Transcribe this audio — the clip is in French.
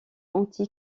anti